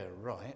right